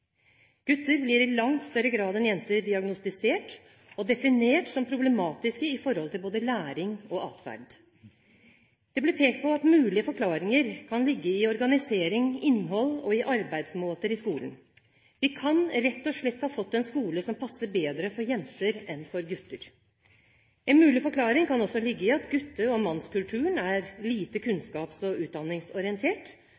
gutter blir i langt større grad enn jenter diagnostisert og definert som problematiske i forhold til både læring og atferd Det ble pekt på at mulige forklaringer kan ligge i organisering, innhold og arbeidsmåter i skolen. Vi kan rett og slett ha fått en skole som passer bedre for jenter enn for gutter. En mulig forklaring kan også ligge i at gutte- og mannskulturen er lite